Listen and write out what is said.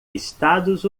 estados